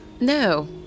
No